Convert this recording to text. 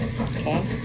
okay